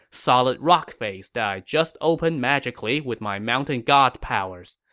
solid rock face that i just opened magically with my mountain god powers.